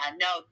no